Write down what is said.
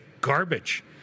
garbage